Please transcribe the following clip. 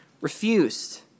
refused